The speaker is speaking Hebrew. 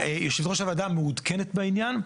יושבת ראש הוועדה מעודכנת בעניין,